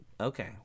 Okay